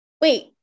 Wait